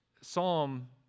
Psalm